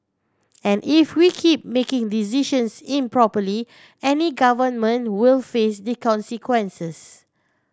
and if we keep making decisions improperly any government will face the consequences